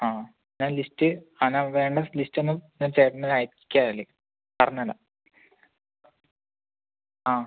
ആ ഞാൻ ലിസ്റ്റ് ആ ഞാൻ വേണ്ട ലിസ്റ്റ് ഒന്നു ഞാൻ ചേട്ടന് അയക്കാം അതിൽ പറഞ്ഞതുതന്നെ ആ